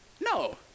No